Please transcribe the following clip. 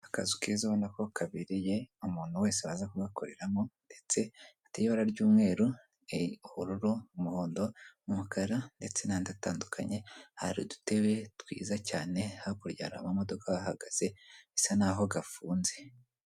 Akazu keza ubona ko kabereye umuntu wese waza kugakoreramo ndetse gafite ibara ry'umweru, ubururu, umuhondo, n'umukara ndetse n'andi atandukanye hari udutebe twiza cyane hakurya hari amamodoka ahagaze bisa naho gafunze.